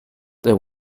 there